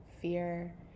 fear